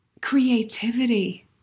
creativity